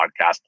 podcast